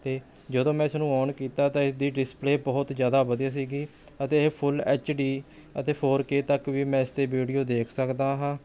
ਅਤੇ ਜਦੋਂ ਮੈਂ ਇਸਨੂੰ ਔਨ ਕੀਤਾ ਤਾਂ ਇਸਦੀ ਡਿਸਪਲੇ ਬਹੁਤ ਜ਼ਿਆਦਾ ਵਧੀਆ ਸੀ ਅਤੇ ਇਹ ਫੁੱਲ ਐੱਚ ਡੀ ਅਤੇ ਫੋਰ ਕੇ ਤੱਕ ਵੀ ਮੈਂ ਇਸ 'ਤੇ ਵੀਡੀਉ ਦੇਖ ਸਕਦਾ ਹਾਂ